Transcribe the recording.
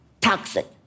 toxic